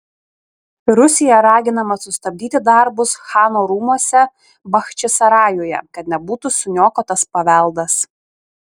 rusija raginama sustabdyti darbus chano rūmuose bachčisarajuje kad nebūtų suniokotas paveldas